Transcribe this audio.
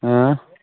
آ